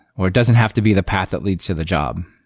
or it doesn't have to be the path that leads to the job.